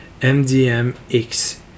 MDMX